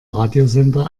radiosender